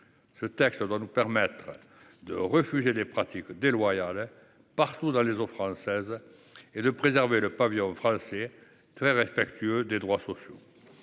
Ce texte doit nous permettre de refuser des pratiques déloyales partout dans les eaux françaises et de préserver le pavillon français, très respectueux des droits sociaux.